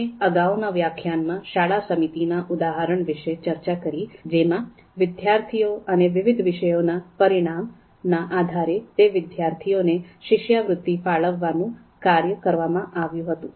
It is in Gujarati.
આપણે અગાઉના વ્યાખ્યાનમાં શાળા સમિતિ ના ઉદાહરણ વિશે ચર્ચા કરી જેમાં વિદ્યાર્થીઓ અને વિવિધ વિષયોના પરિણામ ના આધારે તે વિદ્યાર્થીઓને શિષ્યવૃત્તિ ફાળવવાનું કાર્ય કરવામાં આવ્યું હતું